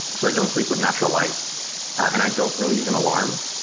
so i don't sleep with natural light and i don't really use an alarm.